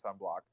sunblock